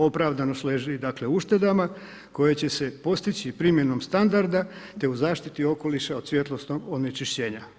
Opravdanost leži u uštedama, koje će se postići primjenom standarda, te u zaštiti okoliša od svjetlonosnog onečišćenja.